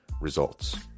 Results